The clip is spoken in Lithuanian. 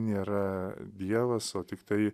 nėra dievas o tiktai